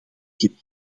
kreeg